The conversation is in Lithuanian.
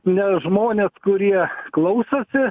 ne žmonės kurie klausosi